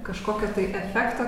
kažkokio efekto